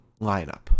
lineup